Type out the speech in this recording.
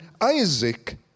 Isaac